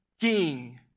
king